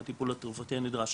אם הטיפול התרופתי הנדרש